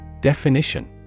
Definition